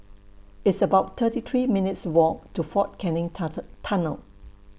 It's about thirty three minutes' Walk to Fort Canning Tunnel